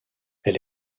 elle